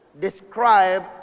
describe